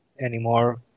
anymore